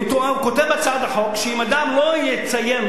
הוא כותב בהצעת החוק שאם אדם לא יציין,